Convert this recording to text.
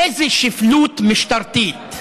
איזה שפלות משטרתית,